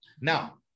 Now